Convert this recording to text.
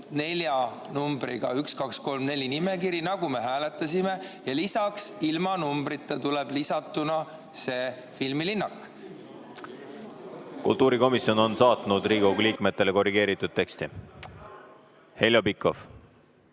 nelja numbriga – 1, 2, 3, 4 – nimekiri, nagu me hääletasime, ja lisaks ilma numbrita tuleb lisatuna see filmilinnak? Kultuurikomisjon on saatnud Riigikogu liikmetele korrigeeritud teksti. Heljo Pikhof!